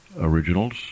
originals